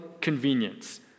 convenience